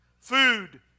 food